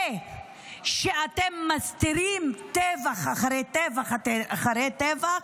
זה שאתם מסתירים טבח אחרי טבח אחרי טבח,